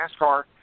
NASCAR